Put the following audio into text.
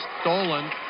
stolen